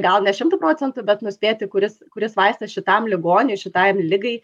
gal ne šimtu procentų bet nuspėti kuris kuris vaistas šitam ligoniui šitai ligai